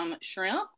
Shrimp